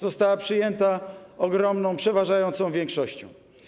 Została przyjęta ogromną, przeważającą większością.